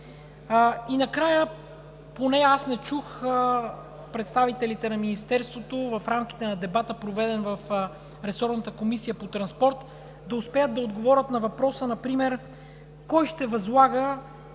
И накрая, поне аз не чух представителите на Министерството в рамките на дебата, проведен в ресорната Комисия по транспорт, да успеят да отговорят на въпроса например кой ще възлага,